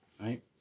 Right